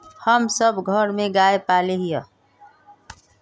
हम सब घर में गाय पाले हिये?